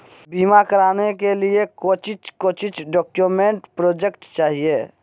बीमा कराने के लिए कोच्चि कोच्चि डॉक्यूमेंट प्रोजेक्ट चाहिए?